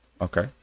Okay